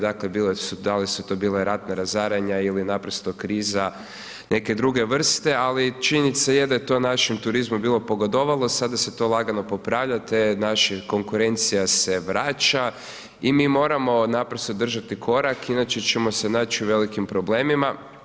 Dakle bili su, da li su to bila ratna razaranja ili naprosto kriza neke druge vrste ali činjenica je da je to našem turizmu bilo pogodovalo, sada se to lagano popravlja, te naša konkurencija se vraća i mi moramo naprosto držati korak inače ćemo se naći u velikim problemima.